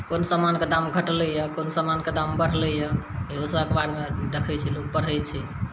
कोन समानके दाम घटलै यऽ कोन समानके दाम बढ़लै यऽ इहोसब अखबारमे देखै छै लोक पढ़ै छै